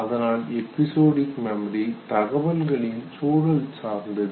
அதனால் episodic memory தகவல்களின் சூழல் சார்ந்தது